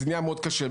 זה נהיה קשה מאוד.